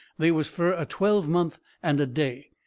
they was fur a twelvemonth and a day.